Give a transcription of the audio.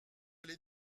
les